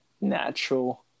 natural